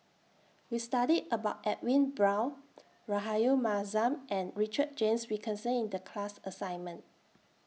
We studied about Edwin Brown Rahayu Mahzam and Richard James Wilkinson in The class assignment